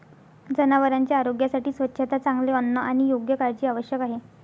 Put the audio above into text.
जनावरांच्या आरोग्यासाठी स्वच्छता, चांगले अन्न आणि योग्य काळजी आवश्यक आहे